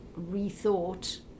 rethought